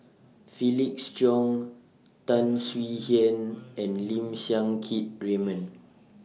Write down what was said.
Felix Cheong Tan Swie Hian and Lim Siang Keat Raymond